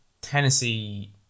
Tennessee